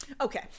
okay